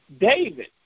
David